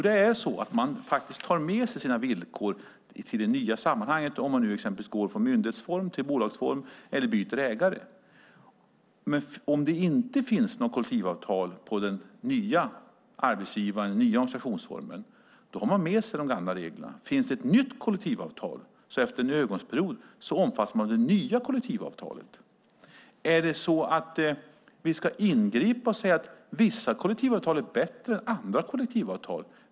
Det är så att man faktiskt tar med sig sina villkor till det nya sammanhanget om man exempelvis går från myndighetsform till bolagsform eller byter ägare. Om det inte finns något kollektivavtal i den nya organisationsformen har man med sig de gamla reglerna. Finns det ett nytt kollektivavtal omfattas man efter en övergångsperiod av det nya kollektivavtalet. Är det så att vi ska ingripa och säga att vissa kollektivavtal är bättre än andra?